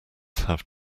have